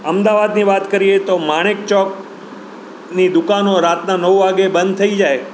અમદાવાદની વાત કરીએ તો માણેકચોકની દુકાનો રાતના નવ વાગે બંધ થઈ જાય